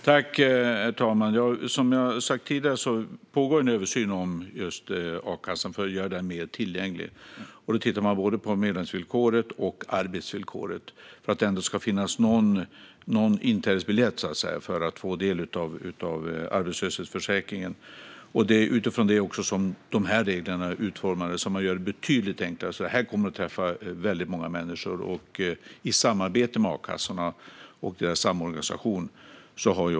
Herr talman! Som jag sagt tidigare pågår en översyn av a-kassan för att göra den mer tillgänglig. Man tittar både på medlemsvillkoret och arbetsvillkoret för att det ändå ska finnas någon inträdesbiljett för att få del av arbetslöshetsförsäkringen. Det är utifrån det som de här reglerna är utformade. Man gör det betydligt enklare. Det kommer att träffa väldigt många människor. Reglerna har tagits fram i samarbete med a-kassorna och deras samorganisation.